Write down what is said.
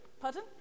Pardon